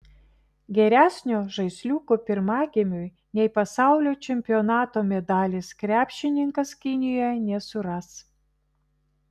geresnio žaisliuko pirmagimiui nei pasaulio čempionato medalis krepšininkas kinijoje nesuras